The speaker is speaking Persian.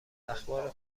اخبار